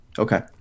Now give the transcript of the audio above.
Okay